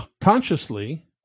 consciously